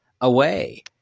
away